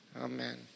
amen